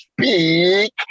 speak